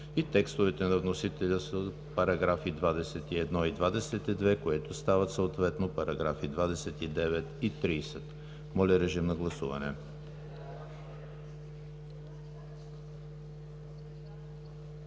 и текстовете на вносителя за параграфи 21 и 22, които стават съответно параграфи 29 и 30. Гласували